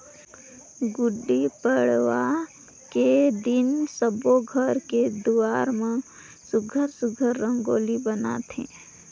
गुड़ी पड़वा के दिन सब्बो घर के दुवार म सुग्घर सुघ्घर रंगोली बनाथे